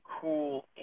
cool